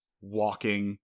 walking